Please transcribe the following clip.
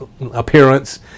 appearance